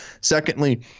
Secondly